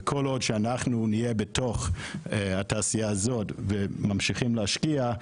וכל עוד שאנחנו נהיה בתוך התעשייה הזאת וממשיכים להשקיע,